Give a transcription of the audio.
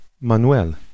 Manuel